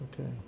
okay